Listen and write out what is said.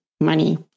money